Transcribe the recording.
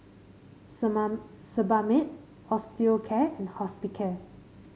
Sebamed Osteocare and Hospicare